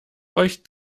euch